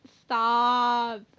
Stop